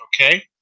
okay